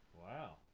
Wow